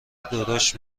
درشت